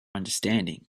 understanding